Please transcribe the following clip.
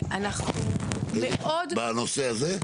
בנושא הזה?